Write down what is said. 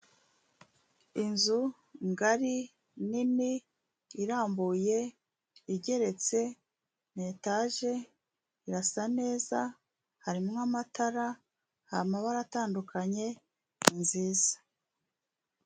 Inzu ngari, nini, irambuye, igeretse, ni etage irasa neza, harimo amatara, amabara atandukanye, ni nziza.